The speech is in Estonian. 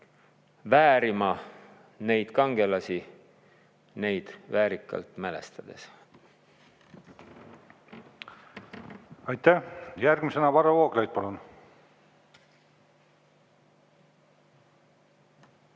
väärima neid kangelasi neid väärikalt mälestades. Aitäh! Järgmisena Varro Vooglaid, palun!